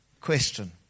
question